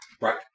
Right